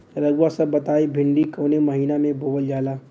रउआ सभ बताई भिंडी कवने महीना में बोवल जाला?